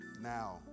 now